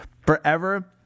forever